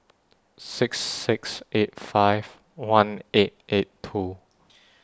six six eight five one eight eight two